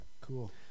Cool